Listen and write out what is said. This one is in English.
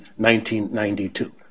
1992